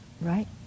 right